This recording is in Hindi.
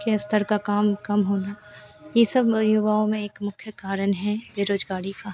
के अस्तर का काम कम होना यह सब युवाओं का मुख्य कारण है बेरोजगारी का